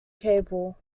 cable